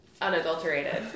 unadulterated